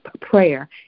prayer